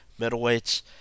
middleweights